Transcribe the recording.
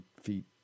feet